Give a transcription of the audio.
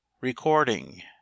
Recording